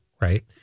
Right